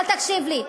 אל תקשיב לי.